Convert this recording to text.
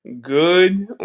good